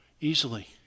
Easily